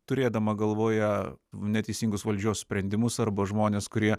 turėdama galvoje neteisingus valdžios sprendimus arba žmones kurie